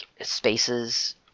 spaces